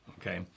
okay